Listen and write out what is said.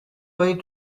way